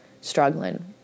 struggling